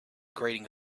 grating